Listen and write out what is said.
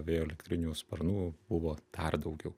vėjo elektrinių sparnų buvo dar daugiau